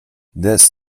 this